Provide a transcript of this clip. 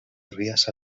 ríase